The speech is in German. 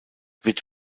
wird